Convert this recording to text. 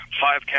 five